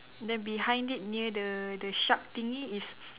then behind it near the the shark thingy is